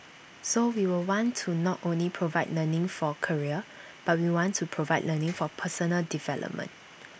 so we will want to not only provide learning for career but we want to provide learning for personal development